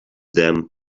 them